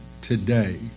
today